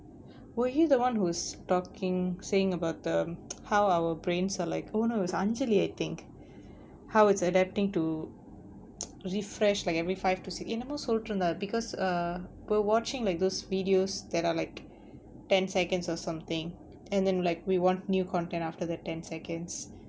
were you the one who's talking saying about the how our brains are like oh no it's anjali I think how it's adapting to refresh like every five to si~ என்னமோ சொல்லிடிருந்தா:ennamo sollitirunthaa because err we're watching like those videos that are like ten seconds or something and then like we want new content after that ten seconds